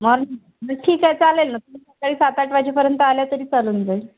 morning ठीक आहे चालेल ना तुम्ही सकाळी सात आठ वाजेपर्यंत आल्या तरी चालून जाईल